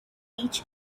beach